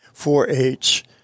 4-H